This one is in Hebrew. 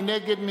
מי נגד?